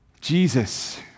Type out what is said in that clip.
Jesus